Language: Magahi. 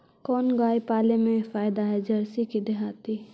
कोन गाय पाले मे फायदा है जरसी कि देहाती?